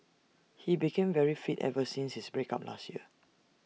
he became very fit ever since his break up last year